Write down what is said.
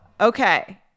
Okay